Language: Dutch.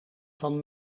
van